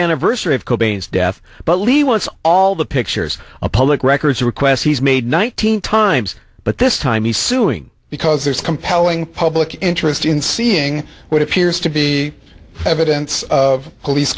anniversary of cobain's death but lee wants all the pictures a public records request he's made nineteen times but this time he's suing because there's compelling public interest in seeing what appears to be evidence of police